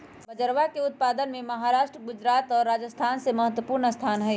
बजरवा के उत्पादन में महाराष्ट्र गुजरात और राजस्थान के महत्वपूर्ण स्थान हई